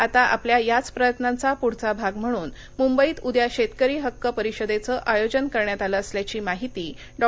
आता आपल्या याच प्रयत्नांचा पुढचा भाग म्हणून मुंबईत उद्या शेतकरी हक्क परिषदेचं आयोजन करण्यात आलं असल्याची माहिती डॉ